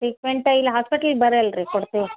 treatment ಇಲ್ಲಿ ಹಾಸ್ಪೆಟ್ಲಿಗೆ ಬರೆ ಅಲ್ರಿ ಕೊಡ್ತೀವಿ